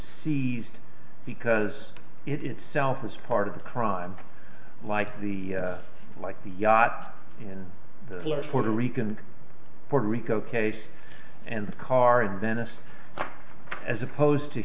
d because it itself is part of the crime like the like the yacht in the large puerto rican puerto rico case and the car in venice as opposed to